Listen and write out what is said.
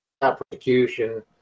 prosecution